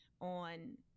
on